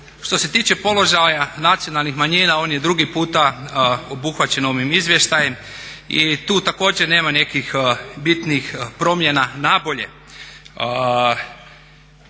Što se tiče položaja nacionalnih manjina on je drugi puta obuhvaćen ovim izvještajem i tu također nema nekih bitnih promjena na bolje.